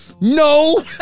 No